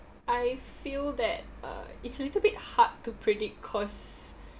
I feel that uh it's a little bit hard to predict because